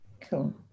cool